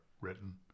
written